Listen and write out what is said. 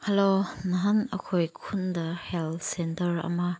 hello ꯅꯍꯥꯟ ꯑꯩꯈꯣꯏ ꯈꯨꯟꯗ ꯍꯦꯜꯊ ꯁꯦꯟꯇꯔ ꯑꯃ